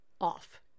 off